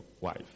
wife